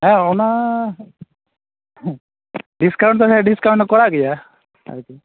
ᱦᱮᱸ ᱚᱱᱟ ᱰᱤᱥᱠᱟᱣᱩᱱᱴ ᱫᱚ ᱦᱮᱸ ᱰᱤᱥᱠᱟᱣᱩᱱᱴ ᱠᱚᱨᱟᱜ ᱜᱮᱭᱟ ᱟᱪᱪᱷᱟ